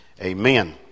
amen